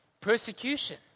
persecution